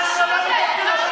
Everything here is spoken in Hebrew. איזה רוב?